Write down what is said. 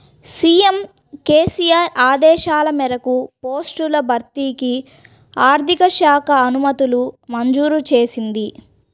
CM KCR ఆదేశాల మేరకు పోస్టుల భర్తీకి ఆర్థిక శాఖ అనుమతులు మంజూరు చేసింది